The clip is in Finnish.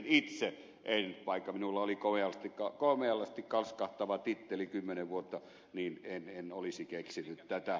itse en vaikka minulla oli komeasti kalskahtava titteli kymmenen vuotta olisi keksinyt tätä